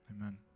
Amen